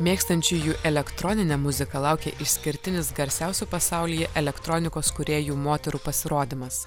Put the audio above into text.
mėgstančiųjų elektroninę muziką laukia išskirtinis garsiausių pasaulyje elektronikos kūrėjų moterų pasirodymas